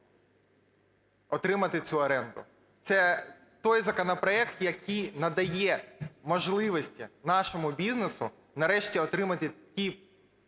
отримати цю оренду. Це той законопроект, який надає можливості нашому бізнесу нарешті отримати ті